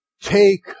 Take